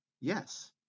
Yes